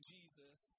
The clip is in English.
Jesus